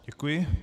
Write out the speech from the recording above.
Děkuji.